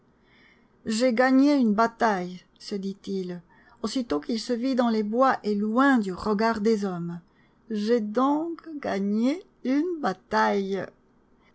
j'ai gagné une bataille se dit-il aussitôt qu'il se vit dans les bois et loin du regard des hommes j'ai donc gagné une bataille